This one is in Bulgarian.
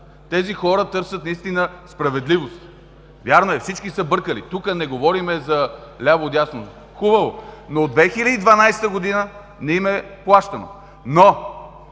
тези хора търсят наистина справедливост. Вярно е, всички са бъркали. Тук не говорим за ляво и дясно. Хубаво, но от 2012 г. не им е плащано. Но,